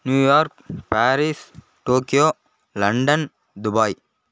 New York Paris Tokyo London Dubai